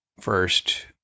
first